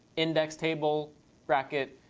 index table bracket